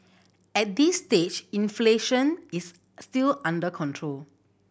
at this stage inflation is still under control